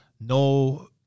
no